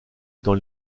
dans